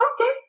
Okay